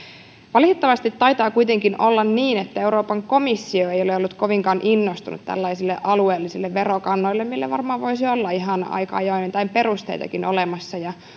valitettavasti taitaa kuitenkin olla niin että euroopan komissio ei ole ollut kovinkaan innostunut tällaisille alueellisille verokannoille mille varmaan voisi olla aika ajoin ihan joitain perusteitakin olemassa